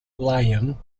lyon